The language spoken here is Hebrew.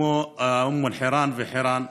כמו אום אל-חיראן וחירן,